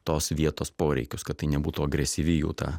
tos vietos poreikius kad tai nebūtų agresyvi jų ta